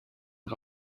den